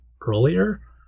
earlier